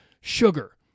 sugar